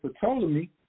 Ptolemy